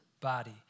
body